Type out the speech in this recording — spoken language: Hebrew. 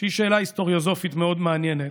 שהיא שאלה היסטוריוסופית מאוד מעניינת: